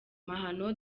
mahano